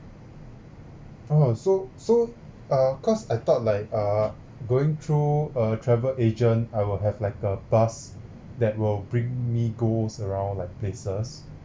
oh so so uh cause I thought like err going through a travel agent I will have like a bus that will bring me goes around like places